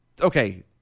Okay